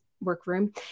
workroom